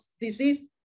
disease